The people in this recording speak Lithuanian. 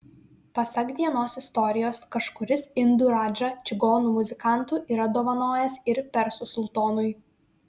pasak vienos istorijos kažkuris indų radža čigonų muzikantų yra dovanojęs ir persų sultonui